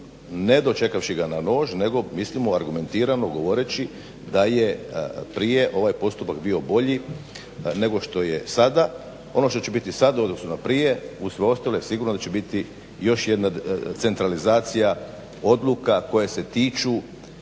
ne dočekavši ga na nož nego mislimo, argumentirano govoreći da je prije ovaj postupak bio bolje nego što je sada. Ono što će biti sada u odnosu na prije, uz sve ostalo je sigurno da će biti još jedna centralizacija odluka koje se tiču